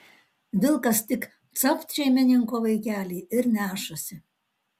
vilkas tik capt šeimininko vaikelį ir nešasi